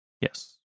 Yes